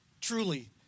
truly